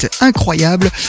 incroyable